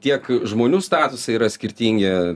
tiek žmonių statusai yra skirtingi